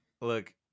look